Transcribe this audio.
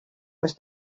was